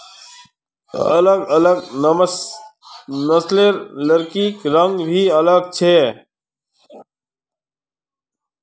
अलग अलग नस्लेर लकड़िर रंग भी अलग ह छे